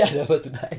I don't want to die